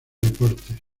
deportes